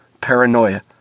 Paranoia